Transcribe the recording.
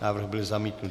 Návrh byl zamítnut.